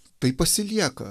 tai pasilieka